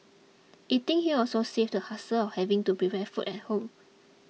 eating here also saves the hassle of having to prepare food at home